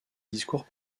discours